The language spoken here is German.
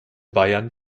bayern